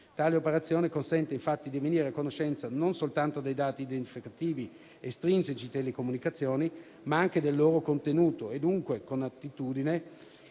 Tale operazione consente infatti di venire a conoscenza non soltanto dei dati identificativi estrinseci delle telecomunicazioni, ma anche del loro contenuto, dunque con attitudine